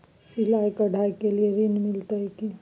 सिलाई, कढ़ाई के लिए ऋण मिलते की?